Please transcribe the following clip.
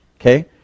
okay